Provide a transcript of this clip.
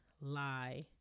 lie